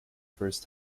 first